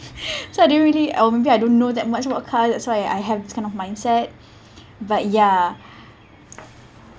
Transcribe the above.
so I don't really or maybe I don't know that much about car that's why I have this kind of mindset but ya